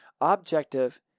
Objective